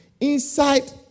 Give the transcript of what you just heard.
inside